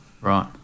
Right